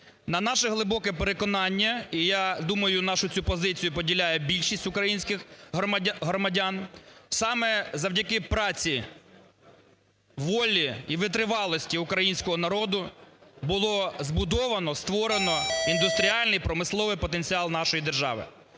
На наше глибоке переконання, і я думаю, нашу цю позицію поділяє більшість українських громадян, саме завдяки праці волі і витривалості українського народу було збудовано, створено індустріальний і промисловий потенціал нашої держави.